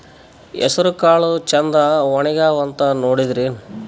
ಹೆಸರಕಾಳು ಛಂದ ಒಣಗ್ಯಾವಂತ ನೋಡಿದ್ರೆನ?